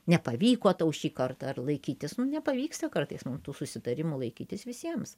nepavyko tau šį kartą ar laikytis nu nepavyksta kartais mum tų susitarimų laikytis visiems